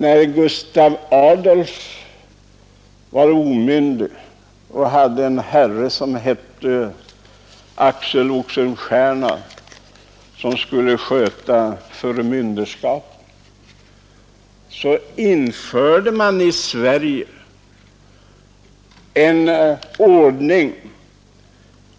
När Gustav Adolf var omyndig hade vi en herre som hette Axel Oxenstierna för att sköta förmynderskapet, och då infördes här i Sverige den ordningen